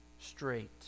straight